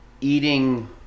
eating